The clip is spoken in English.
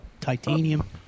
titanium